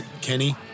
Kenny